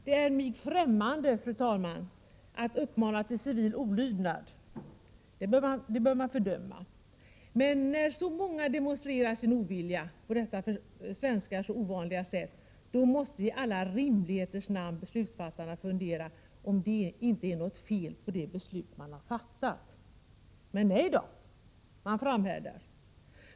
Det är mig främmande, fru talman, att uppmana till civil olydnad — det bör man fördöma — men när så många demonstrerar sin ovilja på detta för svenskar så ovanliga sätt, då måste i alla rimligheters namn beslutsfattarna fundera över om det är något fel på det beslut man har fattat. Men nej då, man framhärdar.